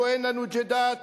בועיינה-נוג'ידאת,